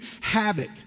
havoc